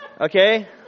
Okay